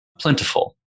plentiful